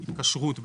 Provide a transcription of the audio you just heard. התקשרות,